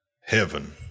heaven